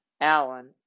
Alan